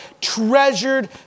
treasured